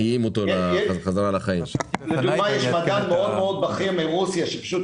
אבל לפי הנתונים הקיימים שאנו מדברים על עולים שבעבר